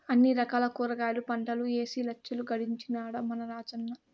అన్ని రకాల కూరగాయల పంటలూ ఏసి లచ్చలు గడించినాడ మన రాజన్న